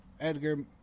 Edgar